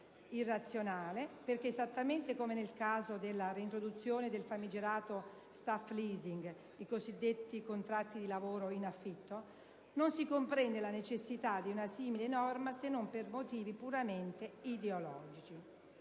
Irrazionale perché, esattamente come nel caso della reintroduzione del famigerato *staff leasing* (i cosiddetti contratti di lavoro in affitto), non si comprende la necessità di una simile norma se non per motivi puramente ideologici.